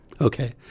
okay